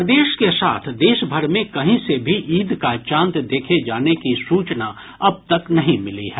प्रदेश के साथ देश भर में कहीं से भी ईद का चांद देखे जाने की सूचना अब तक नहीं मिली है